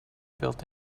built